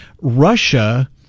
Russia